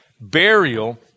burial